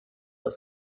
aus